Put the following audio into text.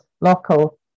local